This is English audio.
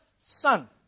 son